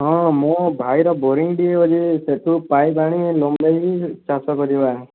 ହଁ ମୋ ଭାଇ ର ବୋରିଙ୍ଗି ଟିଏ ଅଛି ସେହିଠୁ ପାଇପ ଆଣି ଲଗାଇକି ଚାଷ କରିବା